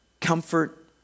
comfort